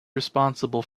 responsible